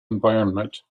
environment